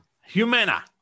Humana